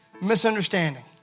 misunderstanding